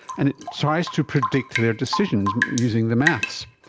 and it tries to predict their decisions using the maths.